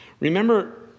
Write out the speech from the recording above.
Remember